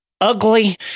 ugly